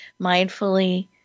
mindfully